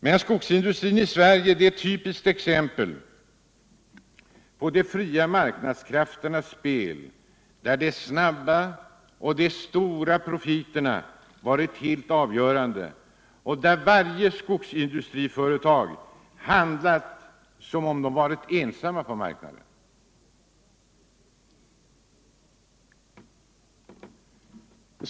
Men skogsindustrin i Sverige är ett typiskt exempel på de fria marknadskrafternas spel, där de snabba och stora profiterna varit helt avgörande och där varje skogsindustriföretag handlat som om det varit ensamt på marknaden.